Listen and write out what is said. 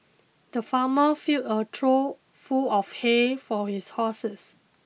the farmer filled a trough full of hay for his horses